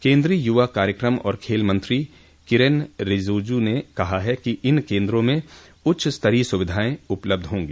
केन्द्रीय युवा कार्यक्रम और खेल मंत्री किरेन रिजिजू ने कहा है कि इन केन्द्रों में उच्च स्तरीय सुविधाएं उपलब्ध होंगी